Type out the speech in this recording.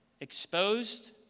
exposed